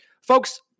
Folks